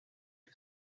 for